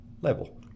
level